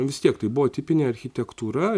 vis tiek tai buvo tipinė architektūra